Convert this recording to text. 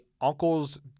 uncle's